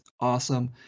awesome